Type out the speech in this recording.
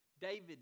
David